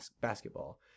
basketball